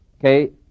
Okay